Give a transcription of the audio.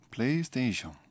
PlayStation